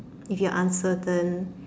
if you're uncertain